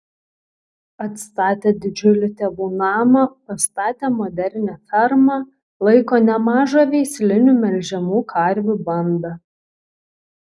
atstatė didžiulį tėvų namą pastatė modernią fermą laiko nemažą veislinių melžiamų karvių bandą